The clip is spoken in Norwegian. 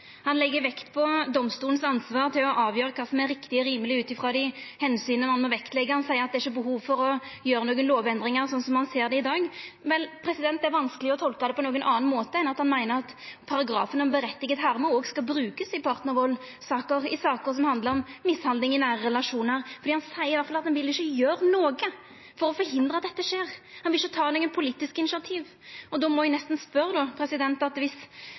Han legg vekt på domstolenes ansvar for å avgjera kva som er riktig og rimeleg ut frå dei omsyna ein må vektleggja. Han seier at det ikkje er behov for å gjera nokon lovendringar slik som han ser det i dag. Det er vanskeleg å tolka det på nokon anna måte enn at han meiner at paragrafen om «berettiget harme» òg skal brukast i partnarvaldssaker, i saker som handlar om mishandling i nære relasjonar, for han seier i alle fall at han ikkje vil gjera noko for å hindra at dette skjer. Han vil ikkje ta nokon politiske initiativ. Då må eg nesten spørja: Dersom statsråden meiner at